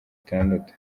itandatu